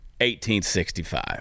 1865